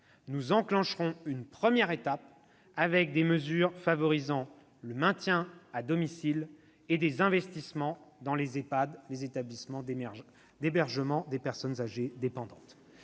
nous enclencherons une première étape, avec des mesures favorisant le maintien à domicile et des investissements dans les Ehpad, les établissements d'hébergement pour personnes âgées dépendantes.